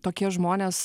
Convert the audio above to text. tokie žmonės